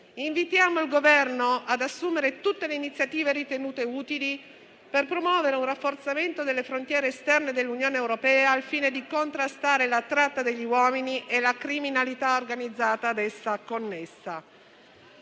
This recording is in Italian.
Invitiamo il Governo ad assumere tutte le iniziative ritenute utili per promuovere un rafforzamento delle frontiere esterne dell'Unione europea, al fine di contrastare la tratta degli uomini e la criminalità organizzata a essa connessa.